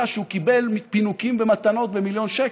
שהוא קיבל פינוקים ומתנות במיליון שקל,